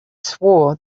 swore